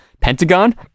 pentagon